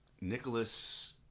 Nicholas